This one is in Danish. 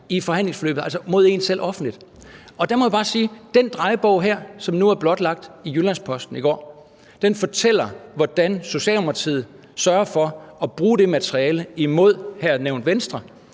i forhandlingsforløbet, altså mod en selv offentligt. Der må jeg bare sige, at den her drejebog, som nu blev blotlagt i Jyllands-Posten i går, fortæller, hvordan Socialdemokratiet sørger for at bruge det materiale imod i det her